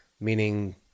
meaning